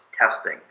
testing